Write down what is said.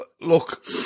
look